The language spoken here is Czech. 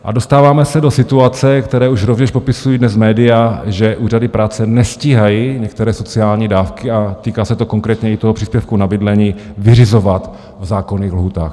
A dostáváme se do situace, kterou už rovněž popisují dnes média, že úřady práce nestíhají některé sociální dávky a týká se to konkrétně i toho příspěvku na bydlení vyřizovat v zákonných lhůtách.